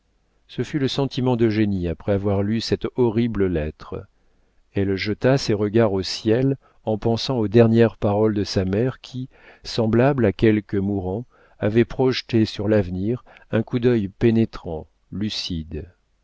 ce fut le sentiment d'eugénie après avoir lu cette horrible lettre elle jeta ses regards au ciel en pensant aux dernières paroles de sa mère qui semblable à quelques mourants avait projeté sur l'avenir un coup d'œil pénétrant lucide